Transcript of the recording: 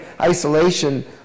isolation